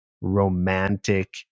romantic